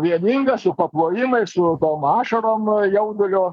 vieningas su paplojimais su tom ašarom jaudulio